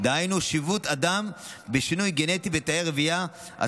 (שיבוט אדם ושינוי גנטי בתאי רבייה),